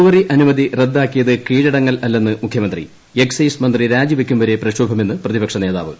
കേരളത്തിൽ ബ്രുവറി അനുമതി റദ്ദാക്കിയത് കീഴടങ്ങലല്ലെന്ന് മുഖ്യമന്ത്രി എക്സൈസ് മന്ത്രി രാജി വയ്ക്കും വരെ പ്രക്ഷോഭമെന്ന് പ്രതിപക്ഷനേതാവ്